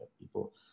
people